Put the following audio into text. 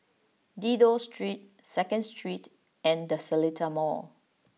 Dido Street Second Street and The Seletar Mall